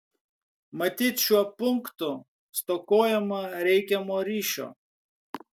matyt šiuo punktu stokojama reikiamo ryšio